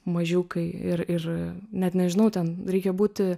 mažiukai ir ir net nežinau ten reikia būti